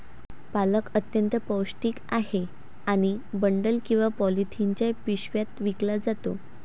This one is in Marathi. पालक अत्यंत पौष्टिक आहे आणि बंडल किंवा पॉलिथिनच्या पिशव्यात विकला जातो